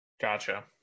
Gotcha